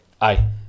Aye